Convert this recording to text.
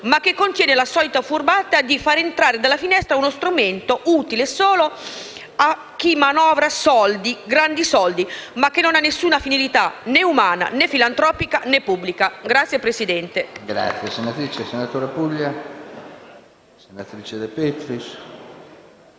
ma che contiene la solita furbata consistente nel far entrare dalla finestra uno strumento utile solo a chi manovra soldi, grandi soldi, ma che non ha nessuna finalità né umana, né filantropica, né pubblica. *(Applausi